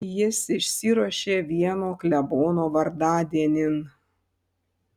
jis išsiruošė vieno klebono vardadienin